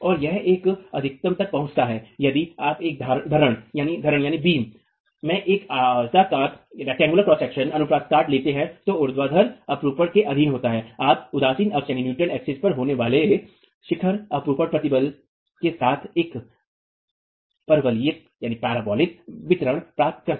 यह एक अधिकतम तक पहुंचता है यदि आप एक धरणबीम में एक आयताकार अनुप्रस्थ काट लेते हैं जो ऊर्ध्वाधर अपरूपण के अधीन होता है आप उदासीन अक्ष पर होने वाले शिखर अपरूपण प्रतिबल के साथ एक परवलयिक वितरण प्राप्त करते हैं